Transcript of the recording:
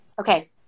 Okay